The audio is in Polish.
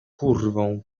kurwą